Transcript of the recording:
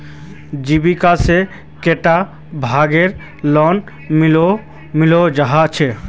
जीविका से कैडा भागेर लोन मिलोहो जाहा?